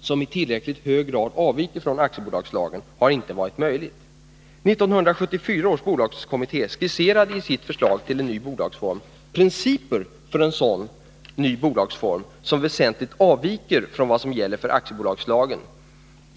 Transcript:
som i tillräckligt hög grad avviker från aktiebolagslagen har inte varit möjligt. 1974 års bolagskommitté skisserade i sitt förslag till en ny bolagsform principer för en sådan som väsentligt avviker från vad som gäller för aktiebolagen.